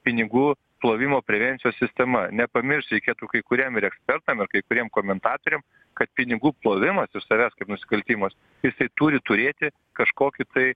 pinigų plovimo prevencijos sistema nepamiršt reikėtų kai kuriem ir ekspertam ir kai kuriem komentatoriam kad pinigų plovimas iš tavęs kaip nusikaltimas jisai turi turėti kažkokį tai